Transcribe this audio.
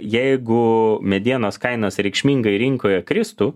jeigu medienos kainos reikšmingai rinkoje kristų